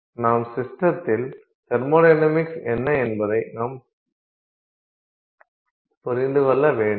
நாம் சிஸ்டத்தின் தெர்மொடைனமிக்ஸ் என்ன என்பதை நாம் புரிந்துகொள்ள வேண்டும்